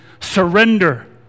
surrender